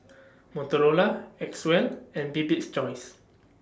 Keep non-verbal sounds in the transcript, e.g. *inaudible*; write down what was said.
*noise* Motorola Acwell and Bibik's Choice